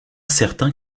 certain